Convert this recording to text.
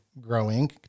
growing